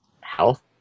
health